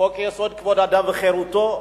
חוק-יסוד: כבוד האדם וחירותו,